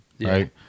right